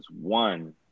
one